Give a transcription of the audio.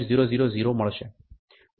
000 મળશે હું 20